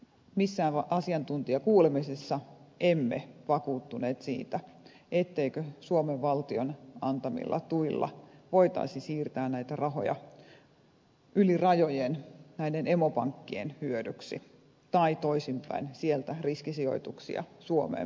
missään asiantuntijakuulemisessa emme vakuuttuneet siitä etteikö suomen valtion antamilla tuilla voitaisi siirtää näitä rahoja yli rajojen näiden emopankkien hyödyksi tai toisinpäin sieltä riskisijoituksia suomeen päin